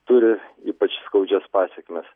turi ypač skaudžias pasekmes